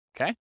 Okay